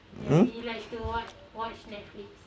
mm